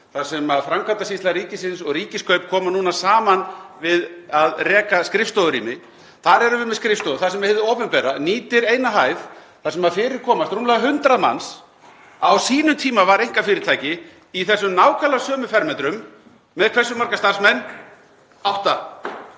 þar sem Framkvæmdasýsla ríkisins og Ríkiskaup koma núna saman við að reka skrifstofurými, þar erum við með skrifstofu þar sem hið opinbera nýtir eina hæð þar sem fyrir komast rúmlega 100 manns. Á sínum tíma var einkafyrirtæki í þessum nákvæmlega sömu fermetrum með hversu marga starfsmenn? Átta.